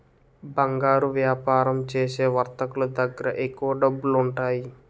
బంగారు వ్యాపారం చేసే వర్తకులు దగ్గర ఎక్కువ డబ్బులుంటాయి